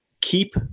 keep